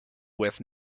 with